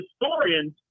historians